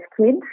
kids